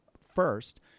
first